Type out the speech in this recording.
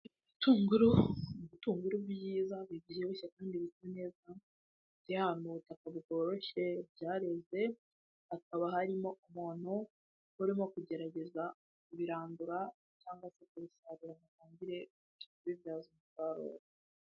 Ibitunguru ibitunguru byiza bibyibushye kandi bisa neza ,byah'ahantu mu butaka bworoshye ,byareze hakaba harimo umuntu urimo kugerageza kubirandura, cyangwa se kubisarura ngo atangire kubibyaza umusaruro.